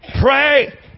Pray